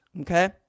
okay